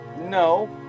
No